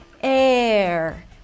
Air